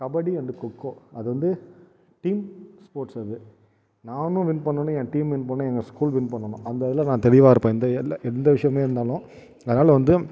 kabaddi and kho kho அது வந்து team sports அது நானும் வின் பண்ணனும் என் டீம்மு வின் பண்ணனும் எங்கள் ஸ்கூல் வின் பண்ணனும் அந்த இதில் நான் தெளிவாக இருப்பேன் இந்த இயர்லில் எந்த விஷயமே இருந்தாலும் அதனால் வந்து